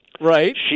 Right